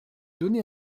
donné